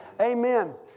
amen